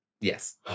Yes